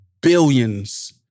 billions